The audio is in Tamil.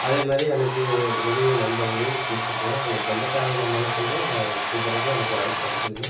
அதேமாதிரி எனக்கு நெருங்கிய நண்பர்களையும் கூப்பிடுக்குவேன் எங்கள் சொந்தக்காரங்களை மொதல்கொண்டு நான் கூப்பிடறக்கே எனக்கு வாய்ப்பு கிடச்சிதுங்க